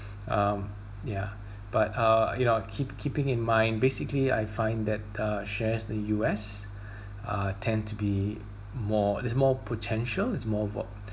um yeah but uh you know keep keeping in mind basically I find that the shares the U_S uh tend to be more there is more potential is more vo~